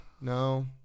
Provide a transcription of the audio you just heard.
No